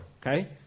okay